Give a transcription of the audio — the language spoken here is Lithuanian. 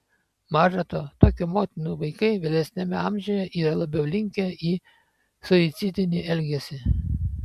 maža to tokių motinų vaikai vėlesniame amžiuje yra labiau linkę į suicidinį elgesį